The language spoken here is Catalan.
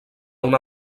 una